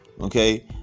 Okay